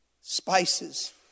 spices